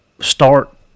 start